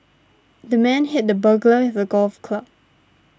the man hit the burglar with a golf club